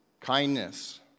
Kindness